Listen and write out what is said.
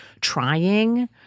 trying